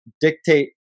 dictate